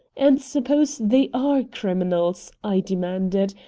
and suppose they are criminals, i demanded,